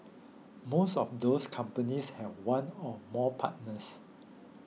most of those companies have one or more partners